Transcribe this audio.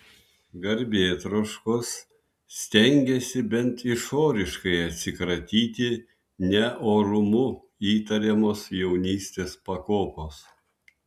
garbėtroškos stengėsi bent išoriškai atsikratyti neorumu įtariamos jaunystės pakopos